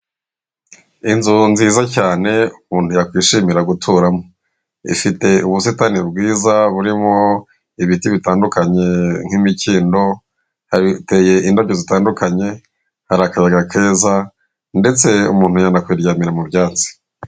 Inzu nziza cyane umuntu yakwishimira guturamo, ifite ubusitani bwiza burimo ibiti bitandukanye nk'imikindo hateye indabyo zitandukanye hari akayaga keza ndetse umuntu yanakwiryamira mu byatsi.